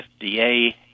FDA